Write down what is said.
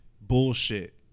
bullshit